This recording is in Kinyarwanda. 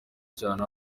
cyane